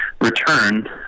return